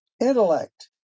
intellect